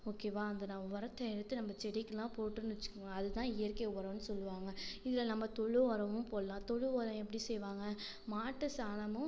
ஓகேவா அந்த நான் உரத்த எடுத்து நம்ம செடிக்கெல்லாம் போட்டோன்னு வச்சுக்கோங்க அது தான் இயற்கை உரன்னு சொல்லுவாங்கள் இதில் நம்ம தொழு உரமும் போடலாம் தொழு உரம் எப்படி செய்வாங்கள் மாட்டுச் சாணமும்